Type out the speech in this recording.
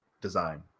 design